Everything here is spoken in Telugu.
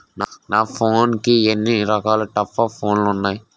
నా ఫోన్ కి ఎన్ని రకాల టాప్ అప్ ప్లాన్లు ఉన్నాయి?